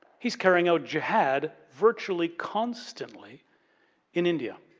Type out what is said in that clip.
he's carrying out jihad virtually constantly in india,